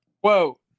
whoa